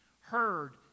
heard